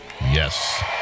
yes